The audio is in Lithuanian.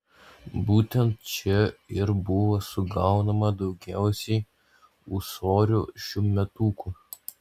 būtent čia ir buvo sugaunama daugiausiai ūsorių šiųmetukų